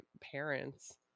parents